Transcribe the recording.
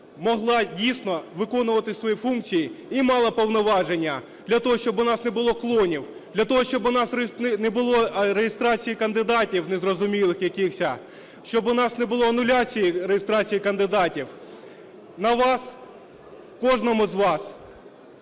могла дійсно виконувати свої функції і мала повноваження для того, щоб у нас не було "клонів", для того, щоб у нас не було реєстрації кандидатів незрозумілих якихось, щоб у нас не було ануляції реєстрації кандидатів. На вас, кожному з вас